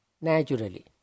naturally